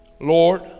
Lord